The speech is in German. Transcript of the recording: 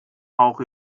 auch